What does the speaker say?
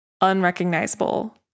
Unrecognizable